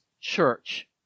church